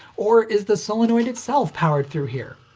or is the solenoid itself powered through here?